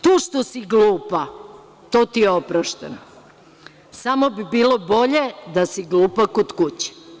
To što si glupa, to ti je oprošteno, samo bi bila bolja da si glupa kod kuće“